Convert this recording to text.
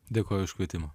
dėkoju už kvietimą